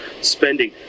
spending